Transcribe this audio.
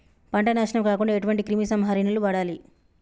పంట నాశనం కాకుండా ఎటువంటి క్రిమి సంహారిణిలు వాడాలి?